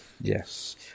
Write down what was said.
Yes